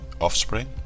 offspring